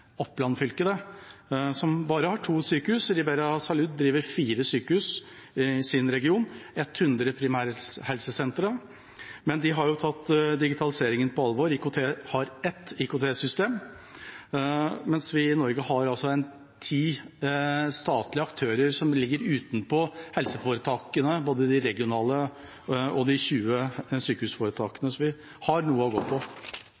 Oppland fylke, som bare har to sykehus. Ribera Salud driver fire sykehus i sin region, med 100 primærhelsesentre. Men de har tatt digitaliseringen på alvor og har ett IKT-system, mens vi i Norge har ca. ti statlige aktører som ligger utenpå de regionale helseforetakene og de 20 sykehusforetakene. Så vi har noe å gå på.